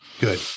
good